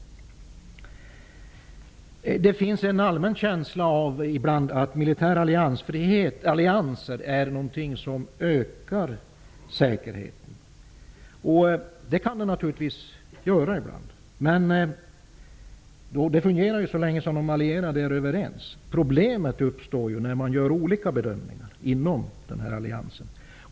Ibland märker man att det finns en allmän känsla av att militära allianser är något som ökar säkerheten. Det kan de naturligtvis ibland göra, men det fungerar bara så länge som de allierade är överens. Problemet uppstår när man gör olika bedömningar inom en allians.